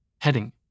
Heading